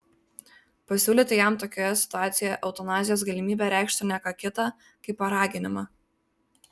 pasiūlyti jam tokioje situacijoje eutanazijos galimybę reikštų ne ką kita kaip paraginimą